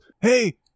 Hey